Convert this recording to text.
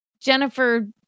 Jennifer